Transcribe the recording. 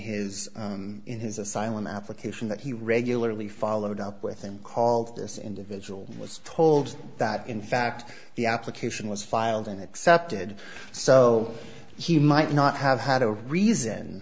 his in his asylum application that he regularly followed up with him called this individual was told that in fact the application was filed in accepted so he might not have had a reason